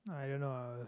I don't know